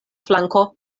flanko